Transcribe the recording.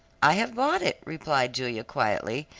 i have bought it, replied julia quietly,